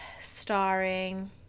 starring